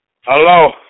Hello